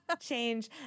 change